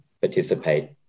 participate